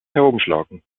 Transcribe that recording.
herumschlagen